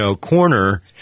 corner